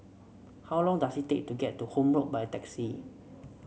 how long does it take to get to Horne Road by taxi